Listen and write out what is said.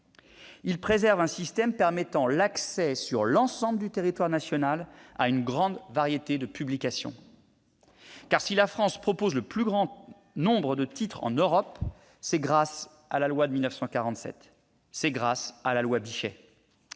Il préserve enfin un système permettant l'accès, sur l'ensemble du territoire national, à une grande variété de publications. En effet, si la France est le pays qui propose le plus grand nombre de titres en Europe, c'est grâce à la loi de 1947, c'est grâce à la loi Bichet.